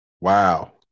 Wow